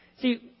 See